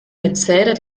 metzelder